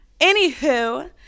Anywho